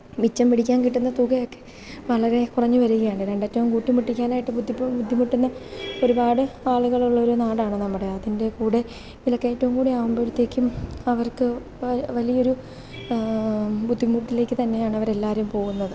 മിച്ചം പിടിക്കാന് കിട്ടുന്ന തുകയൊക്കെ വളരെ കുറഞ്ഞ് വരികയാണ് രണ്ടറ്റവും കൂട്ടിമുട്ടിക്കാനായിട്ട് ബുദ്ധിപ്പം ബുദ്ധിമുട്ടുന്ന ഒരുപാട് ആളുകളുള്ളൊരു നാടാണ് നമ്മുടെ അതിന്റെ കൂടെ വിലക്കയറ്റവും കൂടെ ആകുമ്പോഴത്തേക്കും അവര്ക്ക് വലിയൊരു ബുദ്ധിമുട്ടിലേക്ക് തന്നെയാണ് അവരെല്ലാവരും പോകുന്നത്